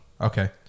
Okay